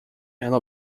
dela